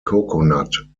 coconut